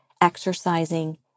exercising